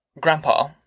Grandpa